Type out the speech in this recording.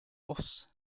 oss